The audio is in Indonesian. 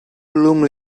belum